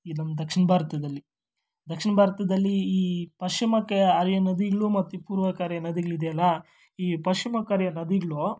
ಇದು ನಮ್ಮ ದಕ್ಷಿಣ ಭಾರತದಲ್ಲಿ ದಕ್ಷಿಣ ಭಾರತದಲ್ಲಿ ಈ ಪಶ್ಚಿಮಕ್ಕೆ ಹರಿಯೋ ನದಿಗಳು ಮತ್ತು ಈ ಪೂರ್ವಕ್ಕೆ ಹರಿಯೋ ನದಿಗ್ಳು ಇದೆಯಲ್ಲ ಈ ಪಶ್ಶಿಮಕ್ಕೆ ಹರಿಯೋ ನದಿಗಳು